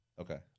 Okay